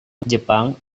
jepang